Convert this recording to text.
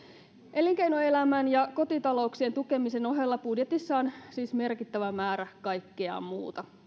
elinkeinoelämän ja kotitalouksien tukemisen ohella budjetissa on siis merkittävä määrä kaikkea muuta